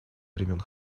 времен